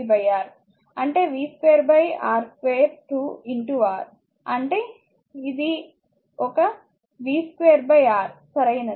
i v R అంటే v2 R22 R అంటే ఇది ఒక v2 R సరియైనదా